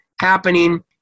happening